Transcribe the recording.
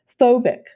phobic